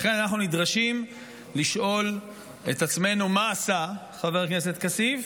ולכן אנחנו נדרשים לשאול את עצמנו מה עשה חבר הכנסת כסיף